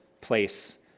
place